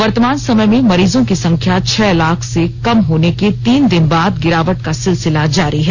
वर्तमान समय में मरीजों की संख्या छह लाख से कम होने के तीन दिन बाद गिरावट का सिलसिला जारी है